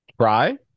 Try